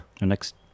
Next